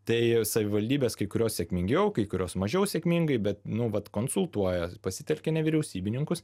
tai savivaldybės kai kurios sėkmingiau kai kurios mažiau sėkmingai bet nu vat konsultuoja pasitelkia nevyriausybininkus